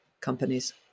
companies